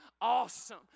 awesome